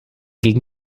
gegen